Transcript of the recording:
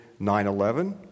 9-11